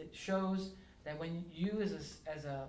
that shows that when you do is as a